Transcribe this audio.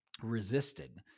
resisted